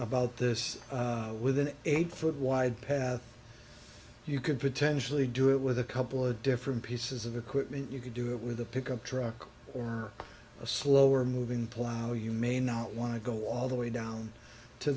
about this with an eight foot wide path you could potentially do it with a couple of different pieces of equipment you could do it with a pickup truck or a slower moving plow you may not want to go all the way down to